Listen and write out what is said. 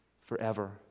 forever